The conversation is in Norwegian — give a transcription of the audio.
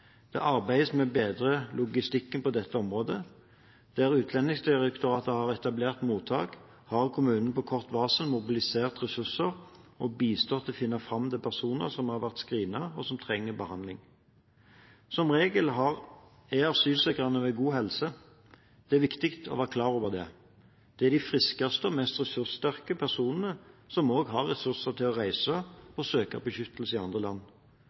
Det arbeides med å bedre logistikken på dette området. Der Utlendingsdirektoratet har etablert mottak, har kommunene på kort varsel mobilisert ressurser og bistått i å finne fram til personer som har vært screenet, og som trenger behandling. Som regel er asylsøkerne ved god helse. Det er det viktig å være klar over. Det er de friskeste og mest ressurssterke personene som har ressurser til å reise og søke beskyttelse i andre land.